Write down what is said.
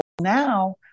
Now